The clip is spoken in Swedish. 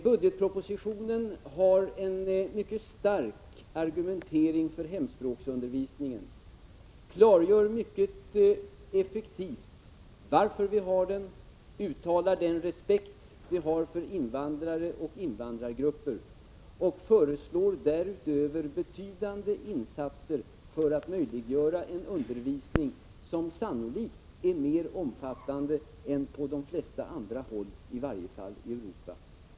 Budgetpropositionen har en mycket stark argumentering för hemspråksundervisningen, klargör mycket effektivt varför vi har den, uttalar den respekt vi har för invandrare och invandrargrupper och föreslår betydande insatser för att möjliggöra en undervisning som sannolikt är mer omfattande här än på de flesta andra håll i varje fall i Europa.